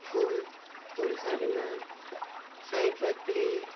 फुल फुलहरूमा सयपत्री